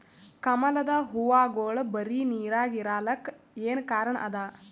ಕಮಲದ ಹೂವಾಗೋಳ ಬರೀ ನೀರಾಗ ಇರಲಾಕ ಏನ ಕಾರಣ ಅದಾ?